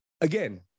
again